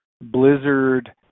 blizzard